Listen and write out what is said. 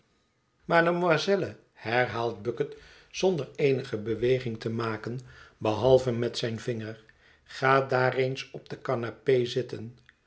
mademoiselle herhaak bucket zonder eenige beweging te maken behalve met zijn vinger ga daar eens op de canapé zitten